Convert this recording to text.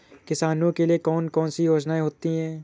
किसानों के लिए कौन कौन सी योजनायें होती हैं?